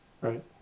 right